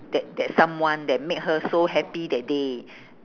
that that someone that make her so happy that day